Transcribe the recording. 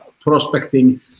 prospecting